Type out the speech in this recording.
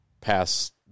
Past